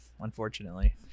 unfortunately